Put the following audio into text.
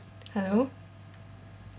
hello